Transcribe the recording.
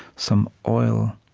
some oil,